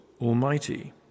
Almighty